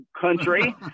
country